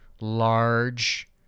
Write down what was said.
large